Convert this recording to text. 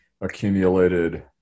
accumulated